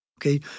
Okay